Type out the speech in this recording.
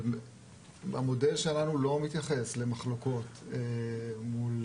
המודל שלנו לא מתייחס למחלוקות מול